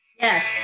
yes